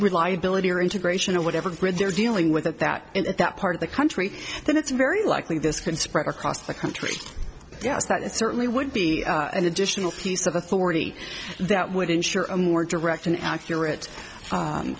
reliability or integration of whatever bridge they're dealing with at that in that part of the country then it's very likely this can spread across the country yes that certainly would be an additional piece of authority that would ensure a more direct and accurate